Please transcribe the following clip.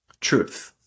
Truth